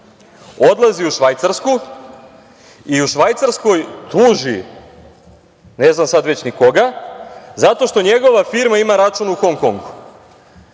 odlazi u Švajcarsku i u Švajcarskoj tuži, ne znam sad već ni koga, zato što njegova firma ima račun u Hong Kongu.